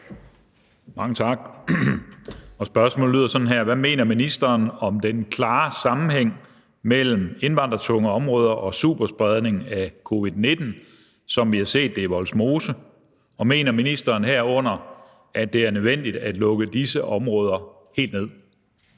Mange tak. Spørgsmålet lyder sådan her: Hvad mener ministeren om den klare sammenhæng mellem indvandrertunge områder og superspredning af covid-19, som vi har set det i Vollsmose, og mener ministeren herunder, at det er nødvendigt at lukke disse områder helt ned?